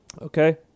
Okay